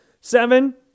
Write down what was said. seven